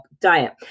diet